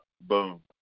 boom